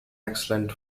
excellent